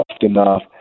enough